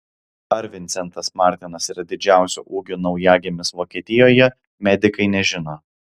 ar vincentas martinas yra didžiausio ūgio naujagimis vokietijoje medikai nežino